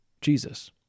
Jesus